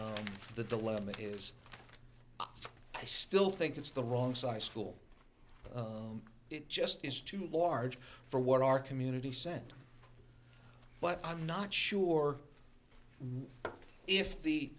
the dilemma is i still think it's the wrong size school it just is too large for what our community sent but i'm not sure if the